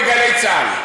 הרבנות הסכימה בגלי צה"ל.